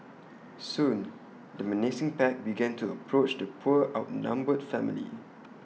soon the menacing pack began to approach the poor outnumbered family